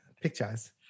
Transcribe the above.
Pictures